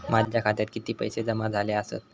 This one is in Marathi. माझ्या खात्यात किती पैसे जमा झाले आसत?